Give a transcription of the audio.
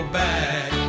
back